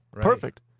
perfect